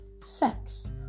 Sex